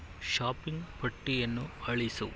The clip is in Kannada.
ಶಾಪಿಂಗ್ ಪಟ್ಟಿಯನ್ನು ಅಳಿಸು